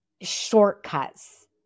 shortcuts